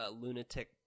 lunatic